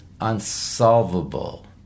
unsolvable